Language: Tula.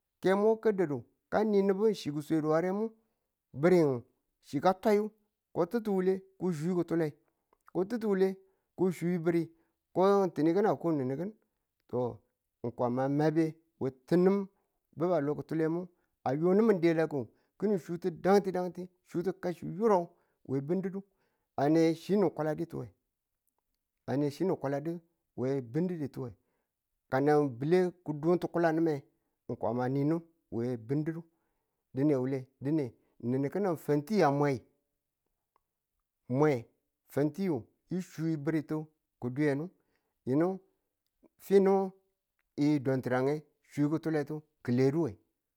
Kemo ka da̱du kani nibu ki swedu warengmu bi̱rimu chi ka dwayu ko ti̱ttu wule ku chuu ki̱tule ku ti̱tiwule ko chi bi̱ri ko tin kina? ko nin kin. To ng Kwama mabe we tinim a yo niming delaku ki̱nin chuutu dangti dangti, chuutu kashi burau we bindidi ane chi ni kwaludutuwe ane chi ni kwaladu we bi̱ndidituwe ka nang bile ku dum ntikulamine ng Kwama a ni nin, ni Kwama a ni nin dine wule nin ki̱ning fanti wa mwe mwe fantiyu wu chuu bi̱ritu ki dwiyenu yinu finu yi ee dwanturangye chuu ki̱tule ki̱ leduwe.